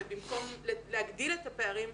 ובמקום להגדיל את הפערים,